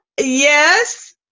Yes